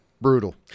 Brutal